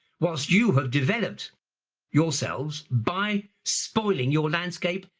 whilst you have developed yourselves by spoiling your landscape,